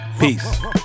Peace